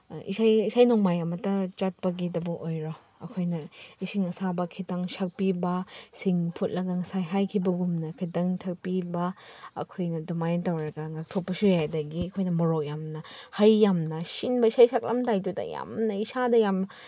ꯏꯁꯩ ꯅꯣꯡꯃꯥꯏ ꯑꯃꯠꯇ ꯆꯠꯄꯒꯤꯗꯕꯨ ꯑꯣꯏꯔꯣ ꯑꯩꯈꯣꯏꯅ ꯏꯁꯤꯡ ꯑꯁꯥꯕ ꯈꯤꯇꯪ ꯁꯛꯄꯤꯕ ꯁꯤꯡ ꯐꯨꯠꯂꯒ ꯉꯁꯥꯏ ꯍꯥꯏꯈꯤꯕꯒꯨꯝꯅ ꯈꯤꯇꯪ ꯊꯛꯄꯤꯕ ꯑꯩꯈꯣꯏꯅ ꯑꯗꯨꯃꯥꯏꯅ ꯇꯧꯔꯒ ꯉꯥꯛꯊꯣꯛꯄꯁꯨ ꯌꯥꯏ ꯑꯗꯒꯤ ꯑꯩꯈꯣꯏꯅ ꯃꯣꯔꯣꯛ ꯌꯥꯝꯅ ꯍꯩ ꯌꯥꯝꯅ ꯁꯤꯟꯕ ꯏꯁꯩ ꯁꯛꯂꯝꯗꯥꯏꯗꯨꯗ ꯌꯥꯝꯅ ꯏꯁꯥ ꯌꯥꯝ